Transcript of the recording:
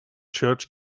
church